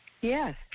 Yes